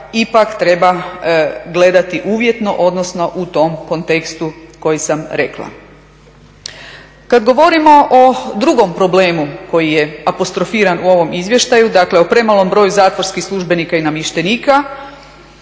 ipak treba gledati uvjetno odnosno u tom kontekstu koji sam rekla. Kad govorimo o drugom problemu koji je apostrofiran u ovom izvještaju, dakle o premalom broju zatvorskih službenika i namještenika